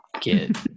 get